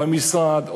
במשרד,